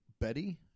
Betty